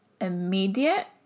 immediate